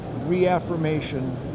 reaffirmation